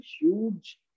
huge